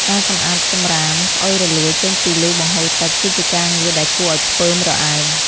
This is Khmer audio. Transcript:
ការសម្អាតសម្រាមស្អុយរលួយចេញពីលូបង្ហូរទឹក គឺជាការងារដែលគួរឱ្យខ្ពើមរអើម។